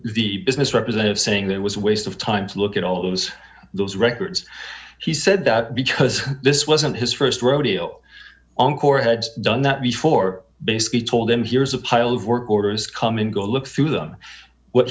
the business representative saying that was a waste of time to look at all those those records he said that because this wasn't his st rodeo on core had done that before basically told him here's a pile of work orders come in go look through them what